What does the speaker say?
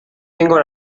tengo